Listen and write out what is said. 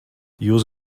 jūs